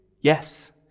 yes